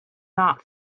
not